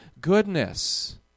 goodness